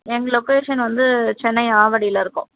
எங்கள் லொக்கேஷன் வந்து சென்னை ஆவடியில இருக்கோம்